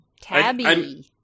Tabby